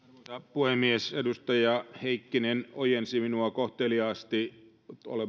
puhemies edustaja heikkinen ojensi minua kohteliaasti